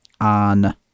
on